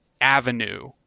avenue